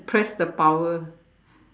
press the power